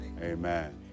Amen